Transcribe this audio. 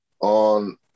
on